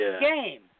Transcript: Game